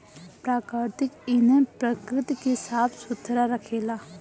प्राकृतिक ईंधन प्रकृति के साफ सुथरा रखेला